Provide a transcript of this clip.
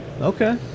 Okay